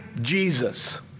Jesus